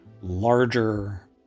larger